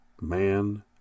man